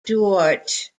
george